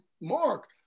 mark